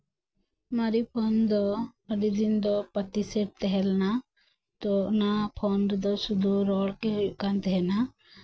ᱢᱟᱨᱮ ᱯᱷᱳᱱ ᱫᱚ ᱟᱹᱰᱤ ᱫᱤᱱ ᱫᱚ ᱯᱟ ᱛᱤ ᱥᱮᱴ ᱛᱟᱦᱮᱸᱞᱮᱱᱟ ᱛᱚ ᱚᱱᱟ ᱯᱷᱳᱱ ᱨᱮᱫᱚ ᱥᱩᱫᱩ ᱨᱚᱲ ᱜᱮ ᱦᱩᱭᱩᱜ ᱠᱟᱱ ᱛᱟᱦᱮᱸᱱᱟ